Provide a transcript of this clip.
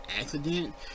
accident